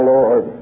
Lord